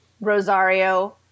Rosario